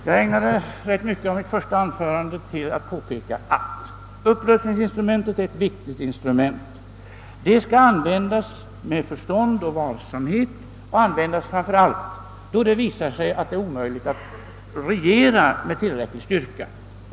Jag ägnade rätt mycket av mitt första anförande åt att påpeka att upplösningsinstrumentet är ett mycket viktigt instrument, som skall användas med förstånd och varsamhet och tillgripas framför allt då det visar sig att det är omöjligt att regera med tillräcklig styrka.